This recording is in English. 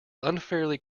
unfairly